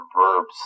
verbs